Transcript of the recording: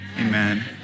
Amen